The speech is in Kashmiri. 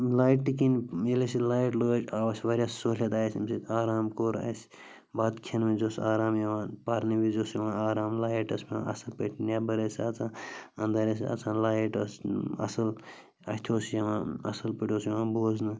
لایِٹہٕ کِنۍ ییٚلہِ اَسہِ یہِ لایِٹ لٲج آو اَسہِ واریاہ سہوٗلِیَت آیہِ اَسہِ اَمۍ سۭتۍ آرام کوٚر اَسہِ بَتہٕ کھٮ۪ن وِزِ اوس آرام یِوان پَرنہٕ وِزِ اوس یِوان آرام لایِٹ ٲس پٮ۪وان اَصٕل پٲٹھۍ نٮ۪بَر ٲسۍ اَژان انٛدَر ٲسۍ اَژان لایِٹ ٲس اَصٕل اَتھِ اوس یِوان اَصٕل پٲٹھۍ اوس یِوان بوزنہٕ